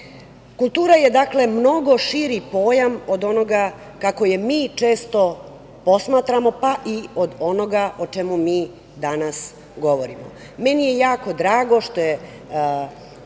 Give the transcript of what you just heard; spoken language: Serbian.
naroda. Kultura je mnogo širi pojam od onoga kako je mi često posmatramo, pa i od onoga o čemu mi danas govorimo. Meni je jako drago što je